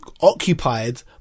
occupied